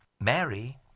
Mary